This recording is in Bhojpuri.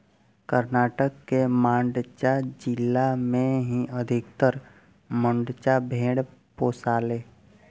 कर्नाटक के मांड्या जिला में ही अधिकतर मंड्या भेड़ पोसाले